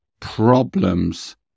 problems